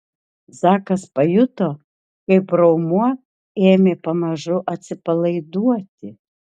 zakas pajuto kaip raumuo ėmė pamažu atsipalaiduoti